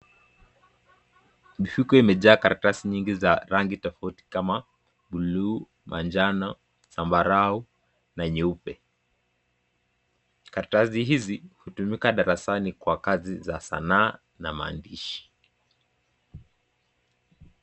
Mifuko imejaa karatasi nyingi za rangi tofauti kama buluu, manjano, sambarau na nyeupe. Karatasi hizi hutumika darasani kwa kazi za sanaa na maandishi.